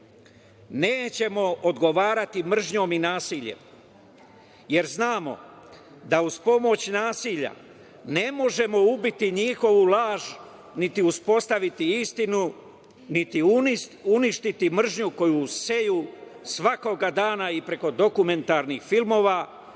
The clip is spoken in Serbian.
nećemo odgovarati mržnjom i nasiljem, jer znamo da uz pomoć nasilja ne možemo ubiti njihovu laž, niti uspostaviti istinu, niti uništiti mržnju koju seju svakog dana i preko dokumentarnih filmova,